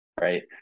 right